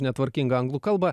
netvarkingą anglų kalbą